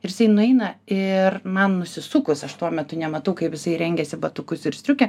ir jisai nueina ir man nusisukus aš tuo metu nematau kaip jisai rengiasi batukus ir striukę